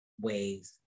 ways